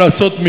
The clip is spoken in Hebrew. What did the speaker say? מה לעשות,